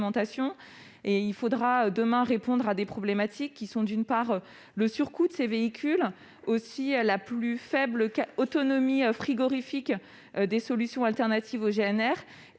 et il faudra, demain, répondre à des problématiques, qui sont, d'une part, le surcoût de ces véhicules, ainsi que la plus faible autonomie frigorifique des solutions alternatives au GNR,